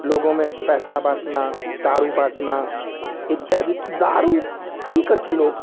लोगों में पैसा बाँटना दारू बाँटना इत्यादि दारू पीकर के लोग